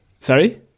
Sorry